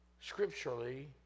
scripturally